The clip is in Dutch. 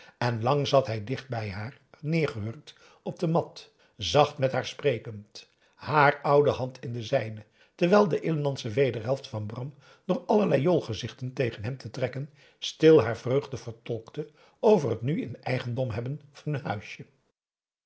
en lang zat hij dichtbij haar neergehurkt op de mat zacht met haar sprekend haar oude hand in de zijne terwijl de inlandsche wederhelft van bram door allerlei joolgezichten tegen hem te trekken stil haar vreugde vertolkte over het nu in eigendom hebben van hun huisje